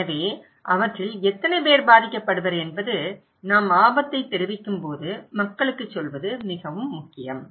எனவே அவற்றில் எத்தனை பேர் பாதிக்கப்படுவர் என்பது நாம் ஆபத்தைத் தெரிவிக்கும்போது மக்களுக்குச் சொல்வது மிகவும் முக்கியம்